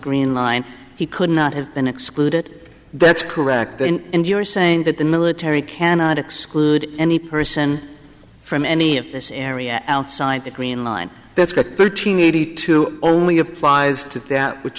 green line he could not have been excluded that's correct and you're saying that the military cannot exclude any person from any of this area outside the green line that's got thirteen eighty two only applies to that which